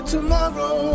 Tomorrow